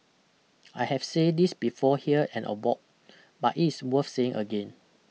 I have say this before here and abroad but it's worth saying again